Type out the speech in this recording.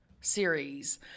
series